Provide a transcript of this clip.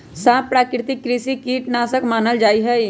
सांप प्राकृतिक कृषि कीट नाशक मानल जा हई